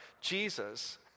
Jesus